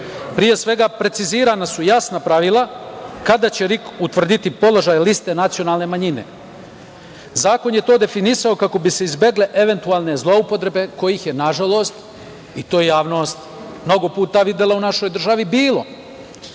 Pre svega, precizirana su jasna pravila kada će RIK utvrditi položaj liste nacionalne manjine. Zakon je to definisao kako bi se izbegle eventualne zloupotrebe kojih je, nažalost, i to je javnost mnogo puta videla u našoj državi,